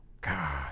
God